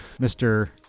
Mr